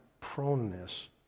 proneness